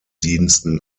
diensten